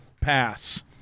pass